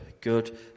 good